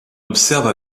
observe